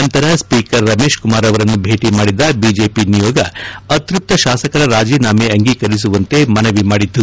ನಂತರ ಸ್ವೀಕರ್ ರಮೇಶ್ ಕುಮಾರ್ ಅವರನ್ನು ಭೇಟಿ ಮಾಡಿದ ಬಿಜೆಪಿ ನಿಯೋಗ ಅತ್ಯಪ್ತ ಶಾಸಕರ ರಾಜೀನಾಮೆ ಅಂಗೀಕರಿಸುವಂತೆ ಮನವಿ ಮಾಡಿತು